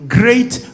great